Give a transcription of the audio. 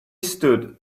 stood